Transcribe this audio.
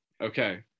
okay